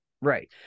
Right